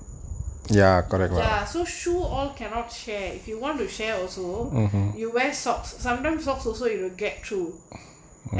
ya so shoe all cannot share if you want to share also you wear socks sometimes socks also you will get true